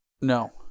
No